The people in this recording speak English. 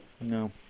No